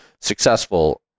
successful